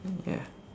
ya